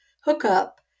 hookup